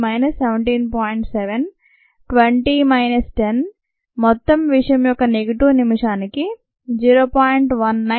7 20 minus 10 మొత్తం విషయం యొక్క నెగటివ్ నిమిషానికి 0